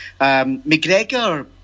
McGregor